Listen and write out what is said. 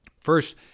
First